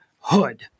Hood